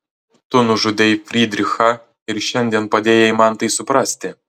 tu nužudei frydrichą ir šiandien padėjai man tai suprasti